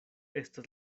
estas